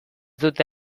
dute